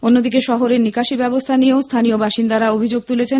অন্যদিকে শহরের নিকাশি ব্যবস্থা নিয়েও স্থানীয় বাসিন্দারা অভিযোগ তুলেছেন